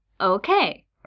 Okay